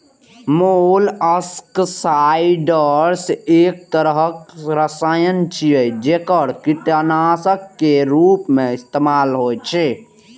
molluscicides एक तरहक रसायन छियै, जेकरा कीटनाशक के रूप मे इस्तेमाल होइ छै